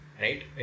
Right